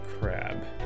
Crab